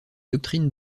doctrines